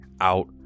out